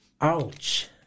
Ouch